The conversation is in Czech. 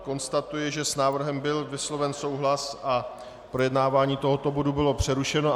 Konstatuji, že s návrhem byl vysloven souhlas a projednávání tohoto bodu bylo přerušeno.